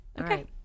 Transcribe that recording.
Okay